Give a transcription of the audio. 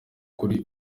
kuri